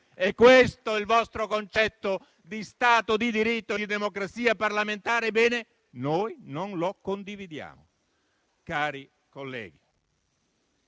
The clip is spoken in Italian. È questo il vostro concetto di Stato di diritto e di democrazia parlamentare? Noi non lo condividiamo, cari colleghi.